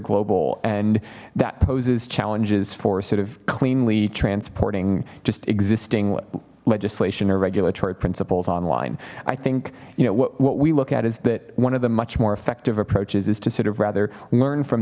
global and that poses challenges for sort of cleanly transporting just existing legislation or regulatory principles online i think you know what we look at is that one of them much more effective approaches is to sort of rather learn from